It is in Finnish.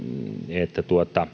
että